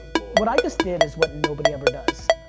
what i just did is what nobody ever does.